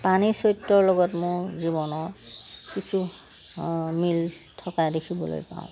পানেই চৰিত্ৰৰ লগত মোৰ জীৱনৰ কিছু মিল থকা দেখিবলৈ পাওঁ